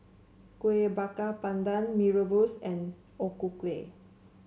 Kuih Bakar Pandan Mee Rebus and O Ku Kueh